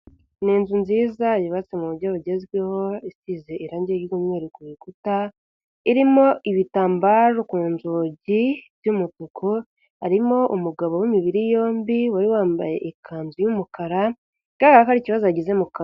Ni inzu nziza yubatse mu buryo bugezweho isize irangi ry'umweru ku rukuta irimo ibitambaro ku nzugi by'umutuku, harimo umugabo w'imibiri yombi wari wambaye ikanzu y'umukara bigaragara ko hari ikibazo yagize mu kanwa.